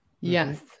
Yes